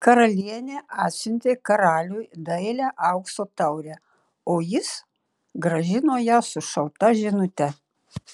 karalienė atsiuntė karaliui dailią aukso taurę o jis grąžino ją su šalta žinute